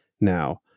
now